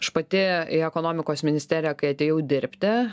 aš pati į ekonomikos ministeriją kai atėjau dirbti